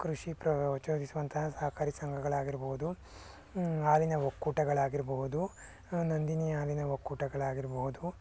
ಕೃಷಿ ಪ್ರರೋಚರಿಸುವಂತಹ ಸಹಕಾರಿ ಸಂಘಗಳಾಗಿರ್ಬೋದು ಹಾಲಿನ ಒಕ್ಕೂಟಗಳಾಗಿರ್ಬೋದು ನಂದಿನಿ ಹಾಲಿನ ಒಕ್ಕೂಟಗಳಾಗಿರ್ಬೋದು